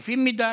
הם עייפים מדי,